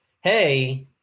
hey